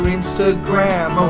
Instagram